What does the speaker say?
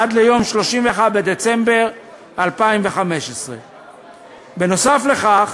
עד יום 31 בדצמבר 2015. נוסף על כך